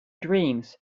dreams